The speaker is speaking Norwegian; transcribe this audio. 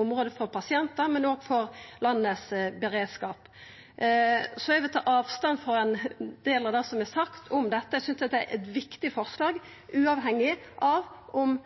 område for pasientar og for beredskapen i landet. Eg vil ta avstand frå ein del av det som har vorte sagt om dette. Eg synest det er viktige forslag. Uavhengig av om